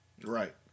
Right